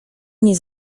nie